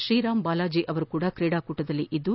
ಶ್ರೀರಾಮ್ ಬಾಲಾಜಿ ಅವರು ಸಹ ಶ್ರೀಡಾಕೂಟದಲ್ಲಿದ್ದು